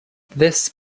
this